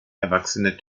erwachsene